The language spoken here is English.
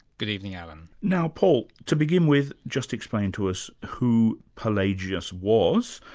good evening, alan. now paul, to begin with, just explain to us who pelagius was,